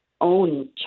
own